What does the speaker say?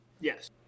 Yes